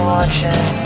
Watching